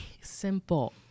simple